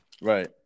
Right